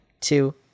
two